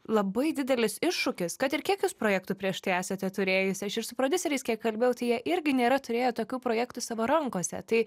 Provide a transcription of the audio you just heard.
labai didelis iššūkis kad ir kiek jūs projektų prieš tai esate turėjusi aš ir su prodiuseriais kiek kalbėjau tai jie irgi nėra turėję tokių projektų savo rankose tai